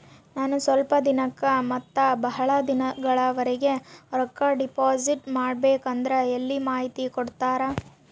ನಾನು ಸ್ವಲ್ಪ ದಿನಕ್ಕ ಮತ್ತ ಬಹಳ ದಿನಗಳವರೆಗೆ ರೊಕ್ಕ ಡಿಪಾಸಿಟ್ ಮಾಡಬೇಕಂದ್ರ ಎಲ್ಲಿ ಮಾಹಿತಿ ಕೊಡ್ತೇರಾ?